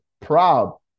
proud